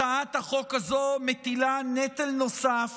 הצעת החוק הזו מטילה נטל נוסף